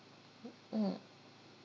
mm mm